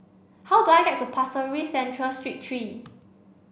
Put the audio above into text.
how do I get to Pasir Ris Central Street three